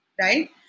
right